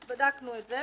בדקנו את זה.